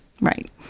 Right